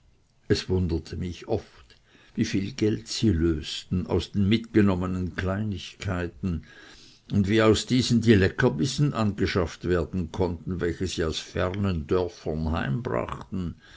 es wunderte mich oft wieviel geld sie lösten aus den mitgenommenen kleinigkeiten und wie aus diesen die leckerbissen angeschafft werden konnten welche sie aus fernen dörfern